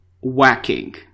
whacking